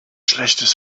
schlechtes